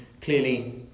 clearly